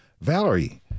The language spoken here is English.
Valerie